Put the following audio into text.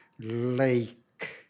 lake